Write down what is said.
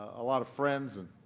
a lot of friends and,